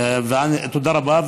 תודה רבה.